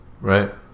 Right